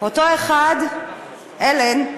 אותו אחד, אלן,